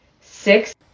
six